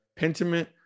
Pentiment